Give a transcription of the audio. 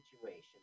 situation